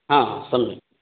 हा सम्यक्